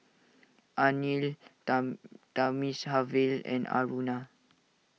Anil Thamizhavel and Aruna